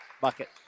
bucket